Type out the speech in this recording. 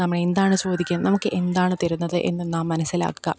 നമ്മൾ എന്താണ് ചോദിക്കുന്നത് നമുക്ക് എന്താണ് തരുന്നത് എന്നു നാം മനസ്സിലാക്കുക